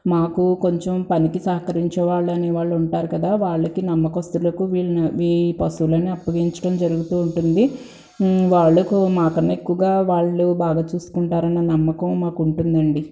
మాకు కొంచెం పనికి సహకరించే వాళ్ళనేవాళ్ళు ఉంటారు కదా వాళ్ళకు నమ్మకస్థులకు వీళ్ళను ఈ పశువులను అప్పగించటం జరుగుతు ఉంటుంది వాళ్ళకు మాకన్నా ఎక్కువగా వాళ్ళు బాగా చూసుకుంటారని నమ్మకం మాకు ఉంటుందండి